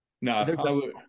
No